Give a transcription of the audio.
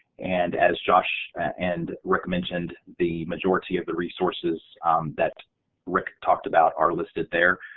and as josh and rick mentioned the majority of the resources that rick talked about are listed there.